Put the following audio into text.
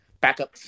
backup